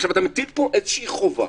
עכשיו, אתה מטיל פה איזושהי חובה